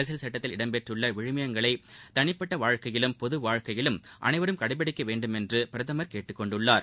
அரசியல் சட்டத்தில் இடம் பெற்றுள்ள விழுமியங்களை தனிப்பட்ட வாழ்க்கையிலும் பொது வாழ்க்கையிலும் அனைவரும் கடைப்பிடிக்க வேண்டுமென்றபிரதமர் கேட்டுக் கொண்டுள்ளார்